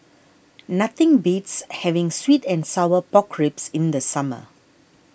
nothing beats having Sweet and Sour Pork Ribs in the summer